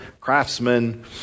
craftsmen